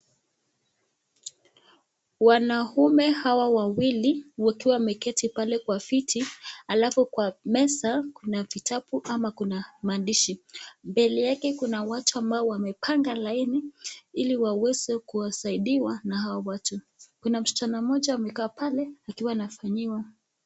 Wanaume hawa wawili, wakiwa wameketi pale kwa viti, alafu kwa meza kuna vitabu ama kuna maandishi. Mbele yake kuna watu ambao wamepanga laini ili waweze kusaidiwa na hawa watu. Kuna msichana mmoja ambaye amekaa pale ambaye anafanyiwa.